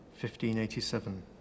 1587